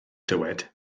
dywed